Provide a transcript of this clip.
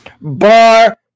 Bar